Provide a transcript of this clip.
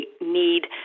need